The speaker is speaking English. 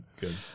good